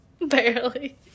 Barely